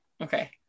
Okay